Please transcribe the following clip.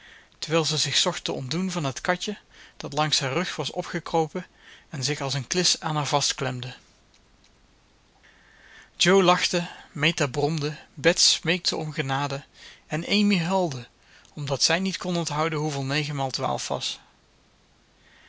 terwijl ze zich zocht te ontdoen van het katje dat langs haar rug was opgekropen en zich als een klis aan haar vastklemde jo lachte meta bromde bets smeekte om genade en amy huilde omdat zij niet kon onthouden hoeveel negen